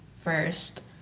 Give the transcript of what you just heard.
first